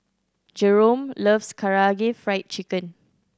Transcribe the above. Jerome loves Karaage Fried Chicken